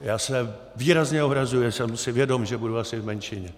Já se výrazně ohrazuji, a jsem si vědom, že budu asi v menšině,